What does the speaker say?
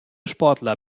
sportler